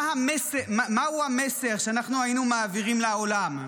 מהו המסר שאנחנו היינו מעבירים לעולם?